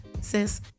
Sis